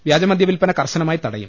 വ്യാജമദ്യ വിൽപന് കർശനമായി തടയും